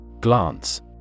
Glance